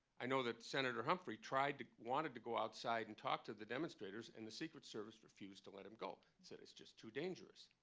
i know that senator humphrey tried to wanted to go outside and talk to the demonstrators, and the secret service refused to let him go. they said, it's just too dangerous.